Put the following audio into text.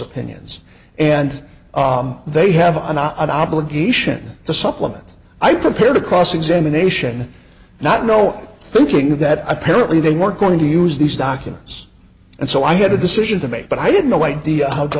opinions and they have an hour of obligation to supplement i prepared a cross examination not know thinking that apparently they weren't going to use these documents and so i had a decision to make but i did no idea how to